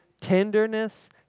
tenderness